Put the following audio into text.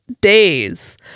days